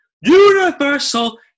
Universal